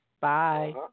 Bye